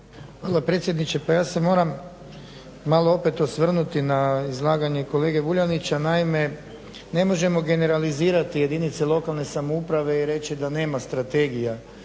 Hvala predsjedniče. Pa ja se moram malo opet osvrnuti na izlaganje kolege Vuljanića, naime ne možemo generalizirati jedinice lokalne samouprave i reći da nema strategija.